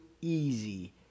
easy